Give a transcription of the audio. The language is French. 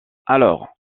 alors